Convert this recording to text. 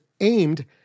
aimed